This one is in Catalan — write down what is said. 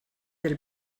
del